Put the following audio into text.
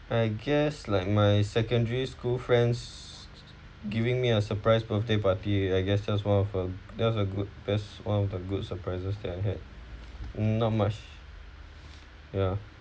I guess like my secondary school friends giving me a surprise birthday party I guess there's one of uh that was a good that's one of the good surprises that I had not much ya